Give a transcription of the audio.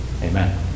Amen